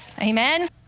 Amen